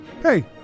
hey